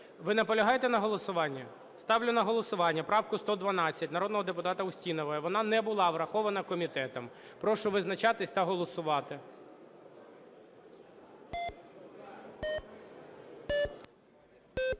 Ви наполягаєте на голосуванні? Ставлю на голосування правку 112 народного депутата Устінової. Вона не була врахована комітетом. Прошу визначатись та голосувати.